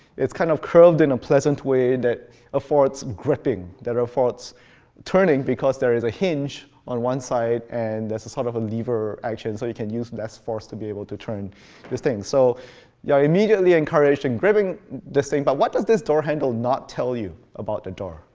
it's kind of curled in a pleasant way that affords gripping, that affords turning because there is a hinge on one side, and there's a sort of a lever action so you can use less force to be able to turn this thing. so you are immediately encouraged to and gripping this thing. but what does this door handle not tell you about the door?